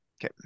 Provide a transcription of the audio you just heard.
Okay